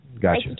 Gotcha